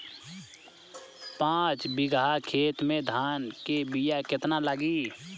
पाँच बिगहा खेत में धान के बिया केतना लागी?